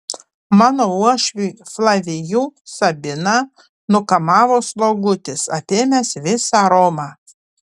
mano uošvį flavijų sabiną nukamavo slogutis apėmęs visą romą